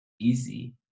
easy